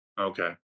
Okay